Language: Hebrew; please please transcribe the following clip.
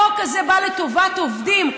החוק הזה בא לטובת עובדים.